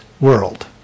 world